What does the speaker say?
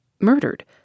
Murdered